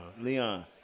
Leon